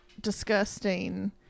disgusting